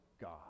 God